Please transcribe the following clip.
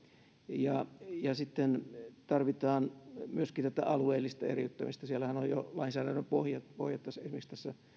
ja ja sitten tarvitaan myöskin tätä alueellista eriyttämistä siellähän on jo lainsäädännön pohjat esimerkiksi tässä